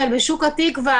פר בדיקות.